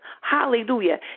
Hallelujah